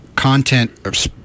Content